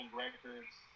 records